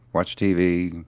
watched tv.